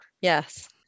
Yes